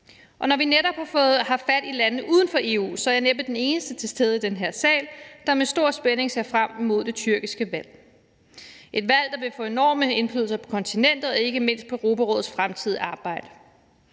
Og når vi netop har haft fat i landene uden for EU, er jeg næppe den eneste til stede i den her sal, der med stor spænding ser frem imod det tyrkiske valg. Det er et valg, der vil få enorm indflydelse på kontinentet og ikke mindst på Europarådets fremtidige arbejde.